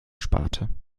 sparte